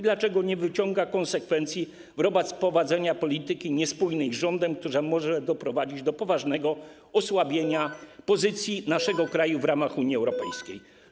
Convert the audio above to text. Dlaczego nie wyciąga konsekwencji wobec prowadzenia polityki niespójnej z polityką rządu, co może doprowadzić do poważnego osłabienia pozycji naszego kraju w ramach Unii Europejskiej?